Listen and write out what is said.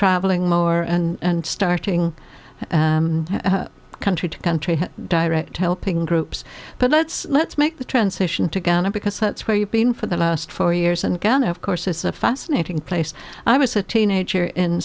traveling more and starting country to country direct helping groups but let's let's make the transition to ghana because that's where you've been for the last four years and ghana of course is a fascinating place i was a teenager